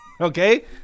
Okay